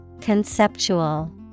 Conceptual